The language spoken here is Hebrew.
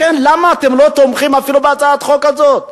לכן למה אתם לא תומכים אפילו בהצעת החוק הזאת?